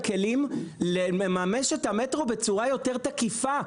כלים לממש את המטרו בצורה יותר תקיפה.